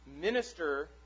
minister